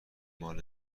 مال